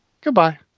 Goodbye